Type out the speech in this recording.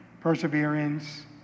perseverance